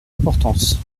importance